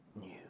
new